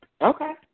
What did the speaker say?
Okay